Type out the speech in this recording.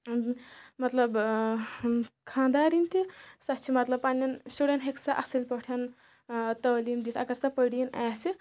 مطلب خاندارٮ۪ن تہِ سۄ چھ مطلب پَنٛنٮ۪ن شُرٮ۪ن ہیکہِ سۄ اَصٕل پٲٹھۍ تعلیٖم دِتھ اگر سۄ پٔریٖن آسہِ